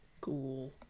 Cool